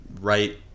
right